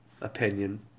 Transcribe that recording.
Opinion